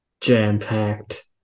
jam-packed